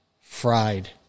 fried